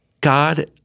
God